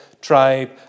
tribe